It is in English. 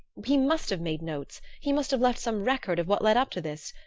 he must have made notes. he must have left some record of what led up to this.